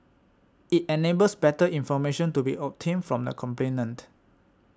it enables better information to be obtained from the complainant